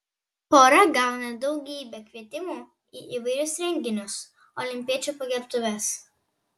pora gauna daugybę kvietimų į įvairius renginius olimpiečių pagerbtuves